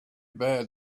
bad